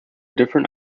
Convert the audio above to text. different